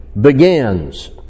begins